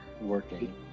working